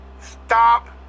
Stop